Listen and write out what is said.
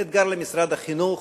זה אתגר למשרד החינוך.